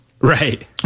right